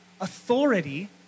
authority